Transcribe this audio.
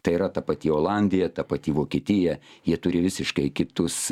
tai yra ta pati olandija ta pati vokietija jie turi visiškai kitus